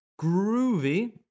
Groovy